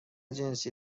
جنسی